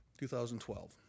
2012